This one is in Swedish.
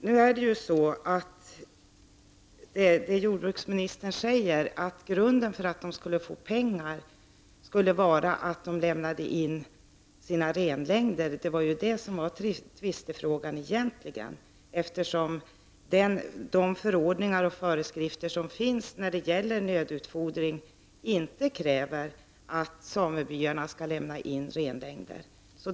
Herr talman! Tvistefrågan var egentligen det som jordbruksministern säger, att grunden för att de skulle få pengar var att de lämnade in sina renlängder. De förordningar och föreskrifter som finns när det gäller nödutfordring av renar kräver inte att samebyarna skall lämna in renlängder.